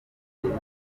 umwuga